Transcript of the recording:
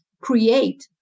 create